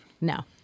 No